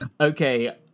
Okay